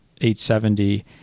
870